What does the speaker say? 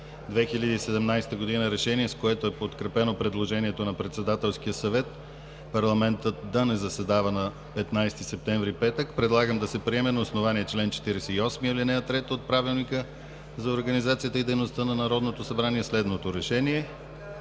2017 г., решение, с което е подкрепено предложението на Председателския съвет парламентът да не заседава на 15 септември, петък, предлагам да се приеме на основание чл. 48, ал. 3 от Правилника за организацията и дейността на Народното събрание следното: